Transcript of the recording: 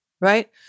right